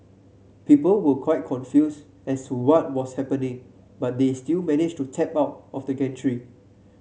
people were quite confused as to what was happening but they still managed to tap out of the gantry